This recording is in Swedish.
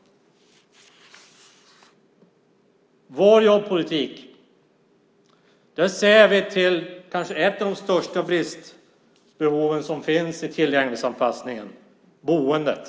I vår politik ser vi till en av de kanske största bristerna som finns i tillgänglighetsanpassningen, boendet.